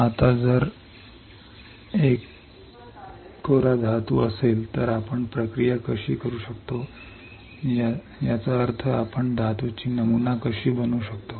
आता जर एखादा धातू असेल तर आपण प्रक्रिया कशी करू शकतो याचा अर्थ आपण धातूची नमुना कशी बनवू शकतो